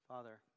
Father